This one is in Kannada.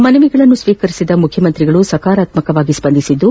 ಮನವಿ ಸ್ವೀಕರಿಸಿದ ಮುಖ್ಯಮಂತ್ರಿ ಸಕಾರಾತ್ಮಕವಾಗಿ ಸ್ವಂದಿಸಿದ್ದು